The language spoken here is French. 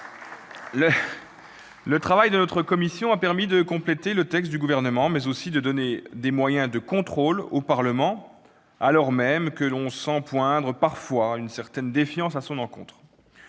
Le travail de notre commission a permis de compléter le texte du Gouvernement, mais aussi de donner des moyens de contrôle au Parlement, alors même que l'on sent poindre, parfois, une certaine défiance à son encontre.